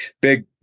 big